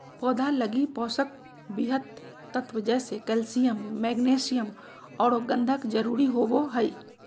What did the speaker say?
पौधा लगी पोषक वृहत तत्व जैसे कैल्सियम, मैग्नीशियम औरो गंधक जरुरी होबो हइ